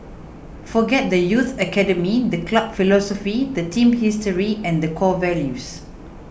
forget the youth academy the club philosophy the team's history and the core values